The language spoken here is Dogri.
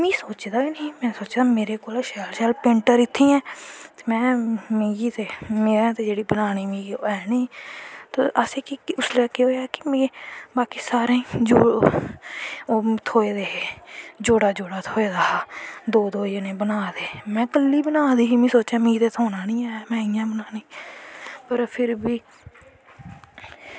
में सोचे दा गै नेंई हा में सोचेआ कि मेरे कोला दा शैल शैल पेंटर इत्थें ऐं में ते जेह्की बनानी ही मिगी है नेंईं ही उसलै केह् होआ कि सारें जो ओह् थ्होए दे हे जोड़ा जोड़ा थ्होए दा हा दो दो जनें बना गे हे में कल्ली बना दी ही में सोचेआ मिगी थ्होना नी ऐ पर फिर बी